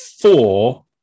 four